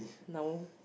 now